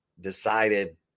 decided